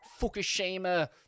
Fukushima